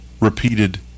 repeated